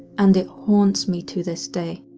and it haunts me to this day.